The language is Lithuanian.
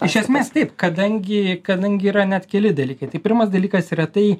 iš esmės taip kadangi kadangi yra net keli dalykai tai pirmas dalykas yra tai